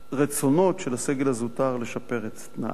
הרצונות של הסגל הזוטר לשפר את תנאיו.